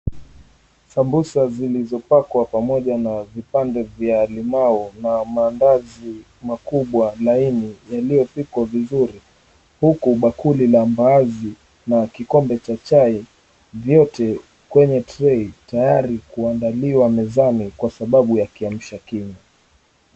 Sambusa zilizopakwa pamoja na vipande vya limau, na maandazi makubwa laini yaliyopikwa vizuri, huku bakuli la mbaazi na kikombe cha chai vyote kwenye trei tayari kuandaliwa mezani kwa sababu ya kiamsha kinywa.